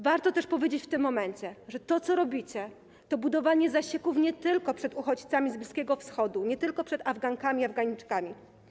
Warto też powiedzieć w tym momencie, że to, co robicie, to budowanie zasieków nie tylko przed uchodźcami z Bliskiego Wschodu, nie tylko przed Afgankami i Afgańczykami.